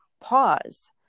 pause